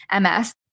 MS